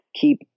keep